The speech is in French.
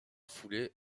foulée